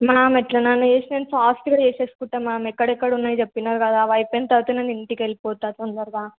ma'am ఎలానైనా చేసి ఫాస్ట్గా చేసేసుకుంటాను మ్యామ్ ఎక్కడెక్కడున్నాయి చెప్పినారు కదా అవి అయిపోయిన తరువాత నేను ఇంటికి వెళ్ళిపోతాను తొందరగా